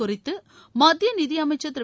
குறித்து மத்திய நிதியமைச்ச் திரு